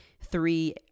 three